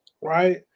Right